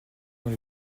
dans